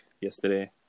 yesterday